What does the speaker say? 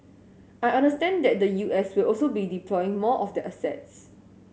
I understand that the U S will also be deploying more of their assets